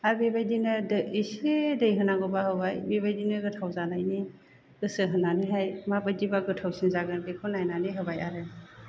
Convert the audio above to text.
आरो बेबायदिनो दै इसे दै होनांगौबा होबाय बेबायदिनो गोथाव जानायनि गोसो होनानैहाय माबादिबा गोथावसिन जागोन बेखौ नायनानै होबाय आरो